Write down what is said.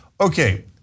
okay